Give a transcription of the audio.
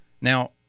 Now